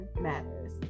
matters